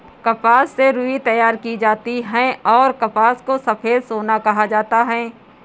कपास से रुई तैयार की जाती हैंऔर कपास को सफेद सोना कहा जाता हैं